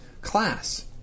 class